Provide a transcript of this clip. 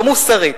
לא מוסרית.